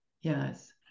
Yes